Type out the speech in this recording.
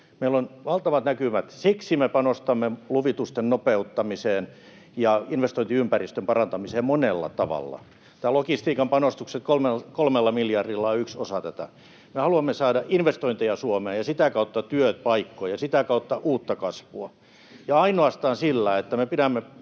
Meillä on valtavat näkymät. Siksi me panostamme luvitusten nopeuttamiseen ja investointiympäristön parantamiseen monella tavalla. Logistiikan panostukset kolmella miljardilla on yksi osa tätä. Me haluamme saada investointeja Suomeen ja sitä kautta työpaikkoja ja sitä kautta uutta kasvua. Ja ainoastaan sillä, että me pidämme